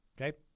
Okay